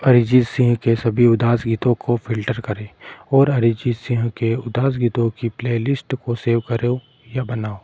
अरिजीत सिंह के सभी उदास गीतों को फ़िल्टर करें और अरिजीत सिंह के उदास गीतों की प्लेलिस्ट को सेव करो या बनाओ